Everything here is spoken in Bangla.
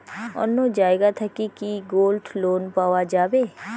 অন্য জায়গা থাকি কি গোল্ড লোন পাওয়া যাবে?